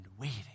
waiting